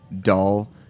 dull